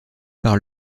par